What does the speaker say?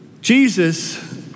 Jesus